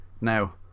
now